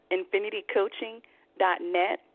infinitycoaching.net